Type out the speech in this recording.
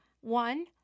One